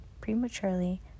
prematurely